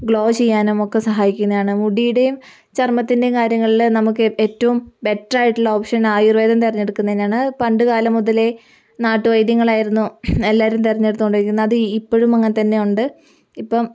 glow ചെയ്യാനും ഒക്കെ സഹായിക്കുന്നതാണ് മുടിയുടേയും ചർമ്മത്തിൻ്റെയും കാര്യങ്ങളിൽ നമുക്ക് ഏറ്റവും ബെറ്റർ ആയിട്ടുള്ള ഓപ്ഷൻ ആയുർവേദം തിരഞ്ഞെടുക്കുന്നതു തന്നെയാണ് പണ്ടുകാലം മുതലേ നാട്ടുവൈദ്യങ്ങളായിരുന്നു എല്ലാവരും തിരഞ്ഞെടുത്തുകൊണ്ടിരിക്കുന്നത് അത് ഈ ഇപ്പോഴും അങ്ങനെത്തന്നെയുണ്ട് ഇപ്പം